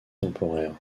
temporaires